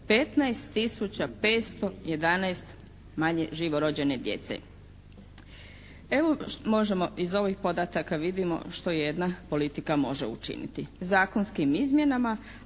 511 manje živo rođene djece. Evo možemo iz ovih podataka vidimo što jedna politika može učiniti zakonskim izmjenama